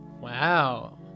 Wow